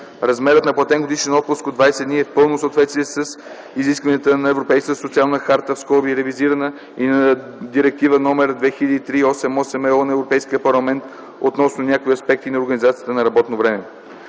Размерът на платения годишен отпуск от 20 дни е в пълно съответствие с изискванията на Европейската социална харта (ревизирана) и на Директива 2003/88/ЕО на Европейския парламент относно някои аспекти на организацията на работното време.